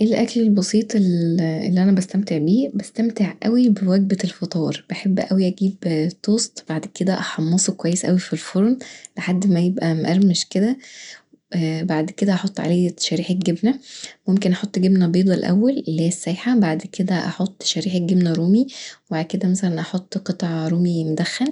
ايه الأكل البسيط اللي انا بستمتع بيه؟ بستمتع اوي بوجبة الفطار بحب اوي اجيب توست وبعد كدا احمصه كويس اوي في الفرن لحد ما يبقي مقرمش كدا، بعد كدا احط عليه شريحة جبنة، ممكن احط جبنة بيضا الأول اللي هي السايحه، بعد كدا احط شريحة جبنة رومي وبعد كدا مثلا احط قطعة رومي مدخن